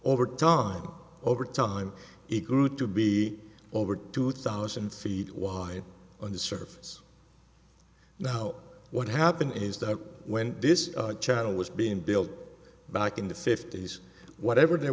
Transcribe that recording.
over tom over time it grew to be over two thousand feet wide on the surface now what happened is that when this channel was being built back in the fifty's whatever they